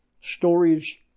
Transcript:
Stories